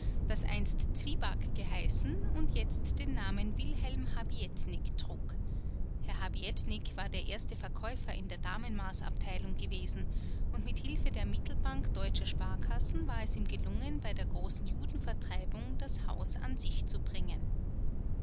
das einst zwieback geheißen und jetzt den namen wilhelm habietnik trug herr habietnik war der erste verkäufer in der damenmaßabteilung gewesen und mit hilfe der mittelbank deutscher sparkassen war es ihm gelungen bei der großen judenvertreibung das haus an sich zu bringen